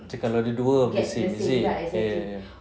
macam kalau ada dua of the same is it ya ya ya